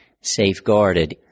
safeguarded